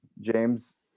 James